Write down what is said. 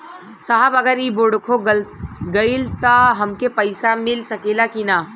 साहब अगर इ बोडखो गईलतऽ हमके पैसा मिल सकेला की ना?